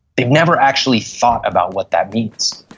they've never actually thought about what that means.